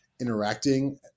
interacting